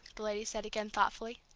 the lady said again thoughtfully.